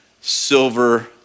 silver